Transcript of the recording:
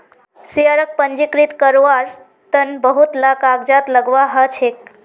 शेयरक पंजीकृत कारवार तन बहुत ला कागजात लगव्वा ह छेक